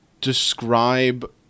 describe